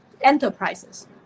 enterprises